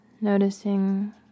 Noticing